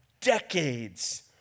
decades